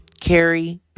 Carrie